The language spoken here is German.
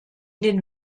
den